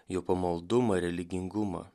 jo pamaldumą religingumą